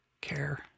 care